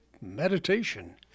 meditation